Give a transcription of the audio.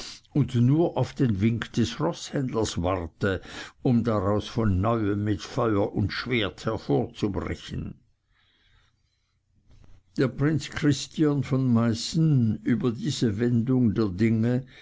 und nur auf den wink des roßhändlers warte um daraus von neuem mit feuer und schwert hervorzubrechen der prinz christiern von meißen über diese wendung der dinge